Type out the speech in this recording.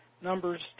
Numbers